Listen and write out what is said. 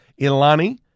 Ilani